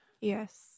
Yes